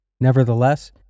Nevertheless